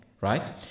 right